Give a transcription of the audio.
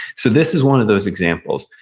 so this is one of those examples.